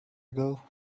ago